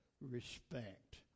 respect